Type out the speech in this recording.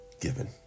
Given